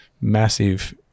massive